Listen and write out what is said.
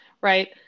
right